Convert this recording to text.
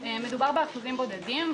מדובר באחוזים בודדים.